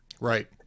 Right